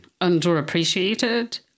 underappreciated